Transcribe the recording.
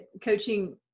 coaching